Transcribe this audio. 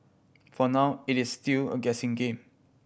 for now it is still a guessing game